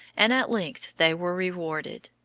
and at length they were rewarded.